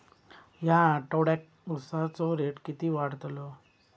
या आठवड्याक उसाचो रेट किती वाढतलो?